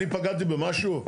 אני פגעתי במשהו?